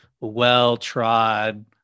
well-trod